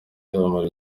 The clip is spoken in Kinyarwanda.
izamara